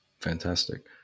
Fantastic